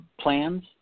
plans